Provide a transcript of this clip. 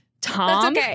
Tom